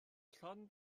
llawn